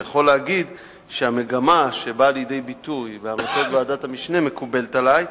אני יכול להגיד שהמגמה שבאה לידי ביטוי בהמלצות ועדת המשנה מקובלת עלי,